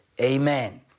Amen